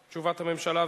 תשובת הממשלה,